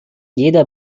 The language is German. jeder